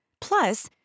Plus